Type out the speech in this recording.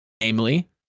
namely